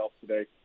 today